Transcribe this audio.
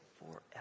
forever